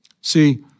See